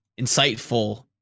insightful